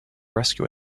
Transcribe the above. rescue